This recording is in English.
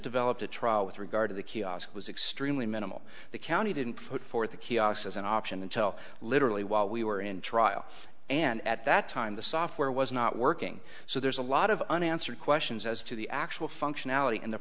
developed a trial with regard to the kiosk was extremely minimal the county didn't put forth a kiosk as an option until literally while we were in trial and at that time the software was not working so there's a lot of unanswered questions as to the actual functionality and the